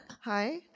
Hi